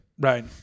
Right